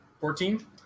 Fourteen